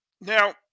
Now